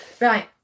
Right